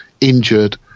injured